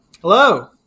Hello